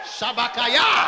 Shabakaya